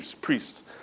priests